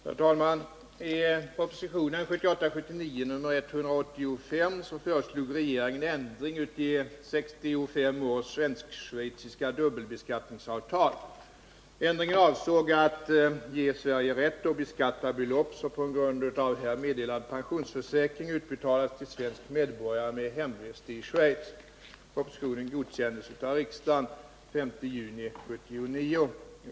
Herr talman! I propositionen 1978/79:185 föreslog regeringen ändring i 1965 års svensk-schweiziska dubbelbeskattningsavtal. Ändringen avsåg att ge Sverige rätt att beskatta belopp som på grund av här meddelad pensionsförsäkring utbetalas till svensk medborgare med hemvist i Schweiz. Propositionen godkändes av riksdagen den 5 juni 1979.